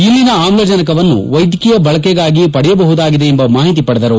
ಇಲ್ಲಿನ ಆಮ್ಲಜನಕವನ್ನು ವೈದ್ಯಕೀಯ ಬಳಕೆಗಾಗಿ ಪಡೆಯಬಹುದಾಗಿದೆ ಎಂಬ ಮಾಹಿತಿ ಪಡೆದರು